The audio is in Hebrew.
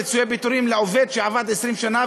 פיצויי פיטורים לעובד שעבד 20 שנה,